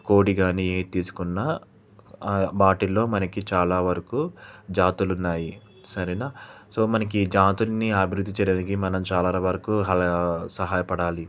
కోడి కానీ ఏది తీసుకున్న వాటిల్లో మనకి చాలా వరకు జాతులున్నాయి సరేనా సో మనకి ఈ జాతుల్ని అభివృద్ధి చేయడానికి మనం చాలా వరకు హల సహాయపడాలి